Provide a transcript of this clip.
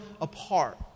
apart